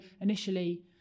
initially